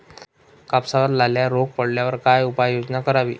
कापसावर लाल्या रोग पडल्यावर काय उपाययोजना करावी?